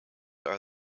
are